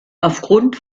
aufgrund